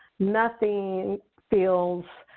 nothing feels